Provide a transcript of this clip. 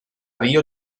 rio